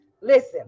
Listen